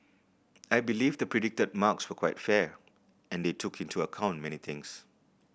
I believe the predicted marks were quite fair and they took into account many things